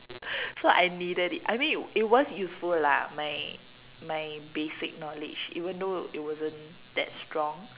so I need it I mean it was useful lah my my basic knowledge even though it wasn't that strong